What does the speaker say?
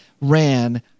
ran